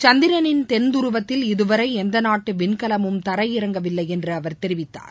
சந்திரனின் தென்துருவத்தில் இதுவரை எந்தநாட்டு விண்கலமும் தரையிறங்கவில்லை என்று அவர் தெரிவித்தார்